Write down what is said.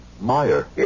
Meyer